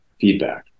feedback